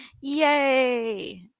yay